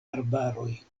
arbaroj